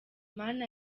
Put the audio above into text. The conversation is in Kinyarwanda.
mana